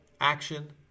action